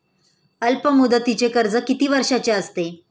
अल्पमुदतीचे कर्ज किती वर्षांचे असते?